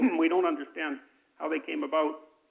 we don't understand how they came about.